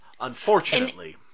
unfortunately